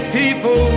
people